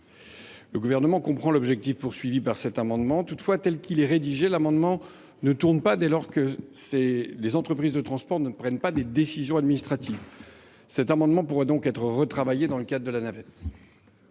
Le Gouvernement comprend l’intention des auteurs de cet amendement. Toutefois, sa rédaction ne convient pas, dès lors que les entreprises de transport ne prennent pas de décisions administratives. Cet amendement pourrait donc être retravaillé dans le cadre de la navette.